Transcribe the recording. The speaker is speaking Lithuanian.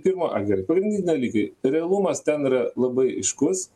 pirma ai gerai pagrindiniai dalykai realumas ten yra labai aiškus